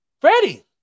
Freddie